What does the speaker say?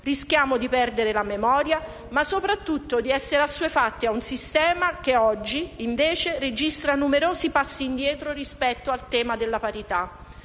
Rischiamo di perdere la memoria, ma soprattutto di essere assuefatti ad un sistema che oggi, invece, registra numerosi passi indietro rispetto al tema della parità.